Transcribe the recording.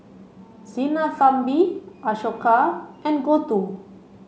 Sinnathamby Ashoka and Gouthu